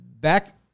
Back